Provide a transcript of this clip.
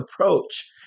approach